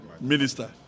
minister